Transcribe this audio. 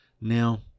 now